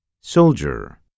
soldier